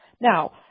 Now